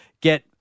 get